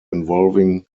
involving